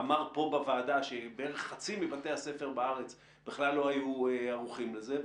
אמר פה בוועדה שבערך חצי מבתי הספר בארץ בכלל לא היו ערוכים לזה,